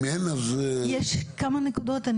יש כמה נקודות,